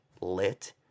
lit